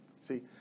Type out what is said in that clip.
See